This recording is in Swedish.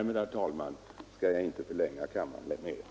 Herr talman! Jag skall inte förlänga kammarens debatt ytterligare.